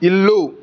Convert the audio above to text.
ఇల్లు